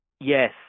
Yes